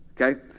Okay